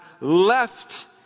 left